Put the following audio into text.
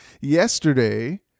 yesterday